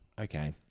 Okay